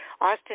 Austin